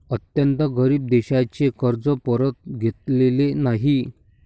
अत्यंत गरीब देशांचे कर्ज परत घेतलेले नाही